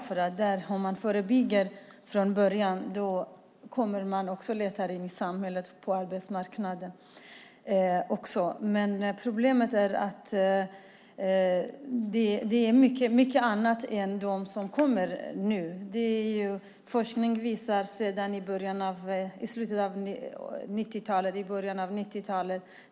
Om man förebygger från början kommer det att leda till att människor lättare kommer in i samhället och på arbetsmarknaden. Problemet är att det inte bara gäller dem som kommer nu. Det finns forskning om detta sedan början av 1990-talet.